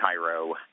Cairo